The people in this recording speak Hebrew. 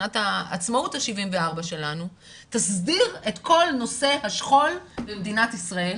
שנת העצמאות ה-74 שלנו תסדיר את כ ל נושא השכול במדינת ישראל